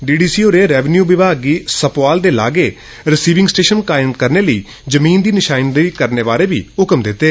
DDC होरें revenue विभाग गी सुपबाल दे लागे रसिविंग स्टेशन कायम करने लेई जमींन दी निशानदेई करने दे मी निर्देश दित्ते